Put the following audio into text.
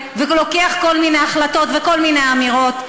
ולוקח כל מיני החלטות וכל מיני אמירות,